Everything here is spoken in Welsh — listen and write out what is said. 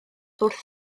wrth